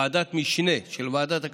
ועדת משנה של ועדת הכלכלה,